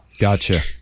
Gotcha